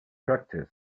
practice